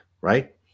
right